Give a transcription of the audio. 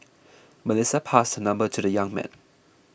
Melissa passed her number to the young man